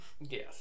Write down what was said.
yes